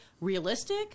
realistic